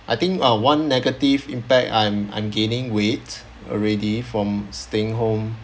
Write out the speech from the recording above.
I think uh one negative impact I'm I'm gaining weight already from staying home